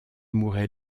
mourait